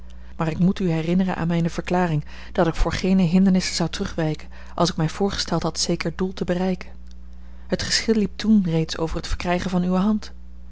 maar ik moet u herinneren aan mijne verklaring dat ik voor geene hindernissen zou terugwijken als ik mij voorgesteld had zeker doel te bereiken het geschil liep toen reeds over het verkrijgen van uwe hand